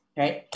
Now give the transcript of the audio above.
right